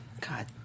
god